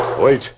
Wait